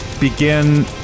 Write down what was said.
begin